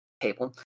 table